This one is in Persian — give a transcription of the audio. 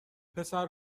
پسر